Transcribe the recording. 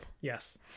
Yes